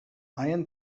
ian